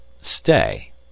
stay